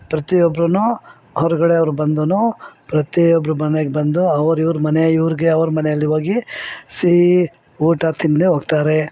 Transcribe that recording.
ಪ್ರತಿಯೊಬ್ರು ಹೊರಗಡೆ ಅವ್ರು ಬಂದು ಪ್ರತಿಯೊಬ್ರ ಮನೆಗೆ ಬಂದು ಅವ್ರು ಇವ್ರ ಮನೆ ಇವ್ರಿಗೆ ಅವ್ರ ಮನೇಯಲ್ಲಿ ಹೋಗಿ ಸಿಹಿ ಊಟ ತಿಂದೇ ಹೋಗ್ತಾರೆ